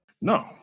No